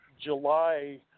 July